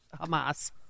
Hamas